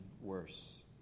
worse